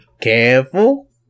Careful